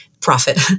profit